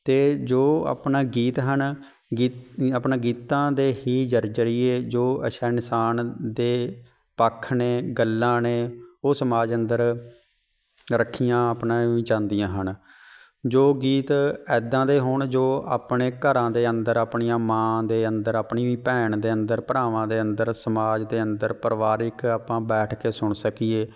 ਅਤੇ ਜੋ ਆਪਣਾ ਗੀਤ ਹਨ ਗੀ ਆਪਣਾ ਗੀਤਾਂ ਦੇ ਹੀ ਜਰ ਜਰੀਏ ਜੋ ਅੱਛਾ ਇਨਸਾਨ ਦੇ ਪੱਖ ਨੇ ਗੱਲਾਂ ਨੇ ਉਹ ਸਮਾਜ ਅੰਦਰ ਰੱਖੀਆਂ ਆਪਣੇ ਵਿੱਚ ਆਉਂਦੀਆਂ ਹਨ ਜੋ ਗੀਤ ਇੱਦਾਂ ਦੇ ਹੋਣ ਜੋ ਆਪਣੇ ਘਰਾਂ ਦੇ ਅੰਦਰ ਆਪਣੀਆਂ ਮਾਂ ਦੇ ਅੰਦਰ ਆਪਣੀ ਭੈਣ ਦੇ ਅੰਦਰ ਭਰਾਵਾਂ ਦੇ ਅੰਦਰ ਸਮਾਜ ਦੇ ਅੰਦਰ ਪਰਿਵਾਰਿਕ ਆਪਾਂ ਬੈਠ ਕੇ ਸੁਣ ਸਕੀਏ